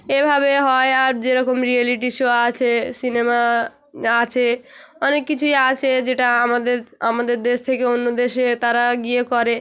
এভাবে হয় আর যেরকম রিয়েলিটি শো আছে সিনেমা আছে অনেক কিছুই আছে যেটা আমাদের আমাদের দেশ থেকে অন্য দেশে তারা গিয়ে করে